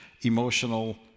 emotional